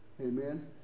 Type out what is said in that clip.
Amen